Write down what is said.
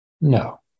No